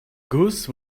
goose